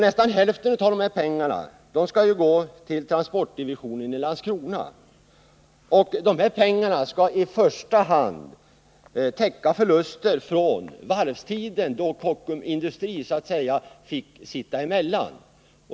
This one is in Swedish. Nästan hälften av dessa pengar skall ju gå till transportdivisionen i Landskrona. Pengarna skall i första hand täcka förluster från varvstiden, då Kockums Industri så att säga fick sitta emellan.